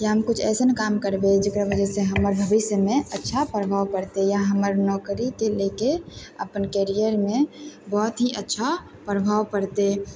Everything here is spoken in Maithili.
या हम किछु एसन काम करबै जेकर वजह से हमर भविष्यमे अच्छा प्रभाव पड़तै या हमर नौकरीके लैके अपन कैरियरमे बहुत ही अच्छा प्रभाव पड़तै